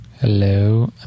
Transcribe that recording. hello